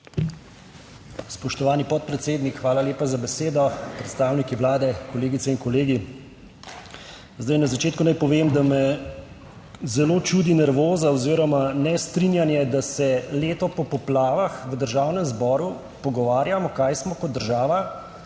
Spoštovani podpredsednik, hvala lepa za besedo. Predstavniki Vlade, kolegice in kolegi! Zdaj na začetku naj povem, da me zelo čudi nervoza oziroma nestrinjanje, da se leto po poplavah v Državnem zboru pogovarjamo kaj smo kot država